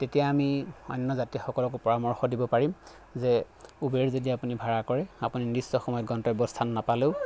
তেতিয়া আমি অন্য যাত্ৰীসকলকো পৰামৰ্শ দিব পাৰিম যে ওবেৰ যদি আপুনি ভাড়া কৰে আপুনি নিৰ্দিষ্ট সময়ত গন্তব্য স্থান নাপালেও